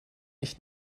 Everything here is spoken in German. ich